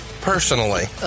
personally